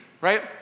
right